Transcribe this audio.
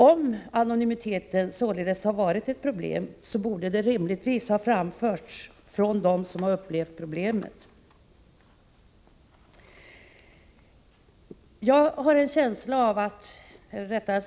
Om denna anonymitet har varit ett problem, borde det rimligtvis ha framförts från dem som har upplevt den som ett sådant.